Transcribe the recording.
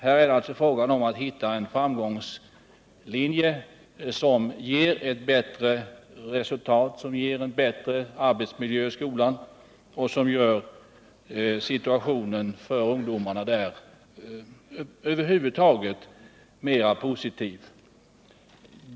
Här är det alltså fråga om att hitta en framgångslinje som ger ett bättre resultat, en bättre arbetsmiljö i skolan, och som gör situationen för ungdomarna i skolan över huvud taget mera positiv.